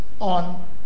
on